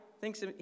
thinks